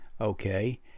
Okay